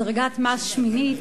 מדרגת מס שמינית,